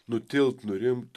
nutilt nurimt